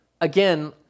again